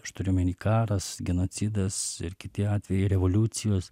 aš turiu omeny karas genocidas ir kiti atvejai revoliucijos